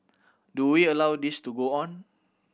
do we allow this to go on